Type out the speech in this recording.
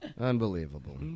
Unbelievable